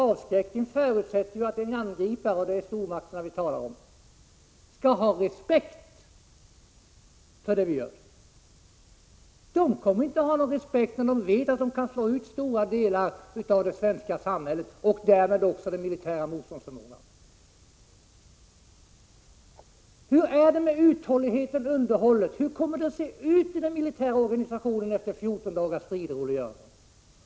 Avskräckning förutsätter ju att en angripare — och det är stormakterna vi talar om — skall ha respekt för det vi gör. Stormakterna kommer inte att ha någon respekt, då de vet att de kan slå ut stora delar av det svenska samhället och därmed också det militära motståndet. Hur blir det med uthålligheten och underhållet? Hur kommer det att se ut i den militära organisationen efter 14 dagars strider, Olle Göransson?